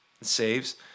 saves